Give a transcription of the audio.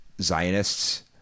Zionists